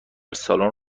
سالن